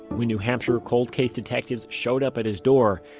when new hampshire cold case detectives showed up at his door,